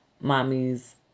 mommy's